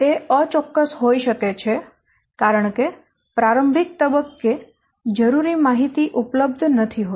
તે અચોક્કસ હોઈ શકે છે કારણ કે પ્રારંભિક તબક્કે જરૂરી માહિતી ઉપલબ્ધ નથી હોતી